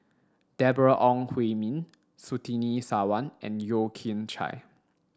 Deborah Ong Hui Min Surtini Sarwan and Yeo Kian Chye